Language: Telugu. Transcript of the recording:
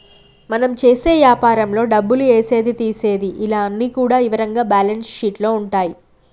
మనం చేసే యాపారంలో డబ్బులు ఏసేది తీసేది ఇలా అన్ని కూడా ఇవరంగా బ్యేలన్స్ షీట్ లో ఉంటాయి